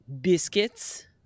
biscuits